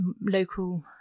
local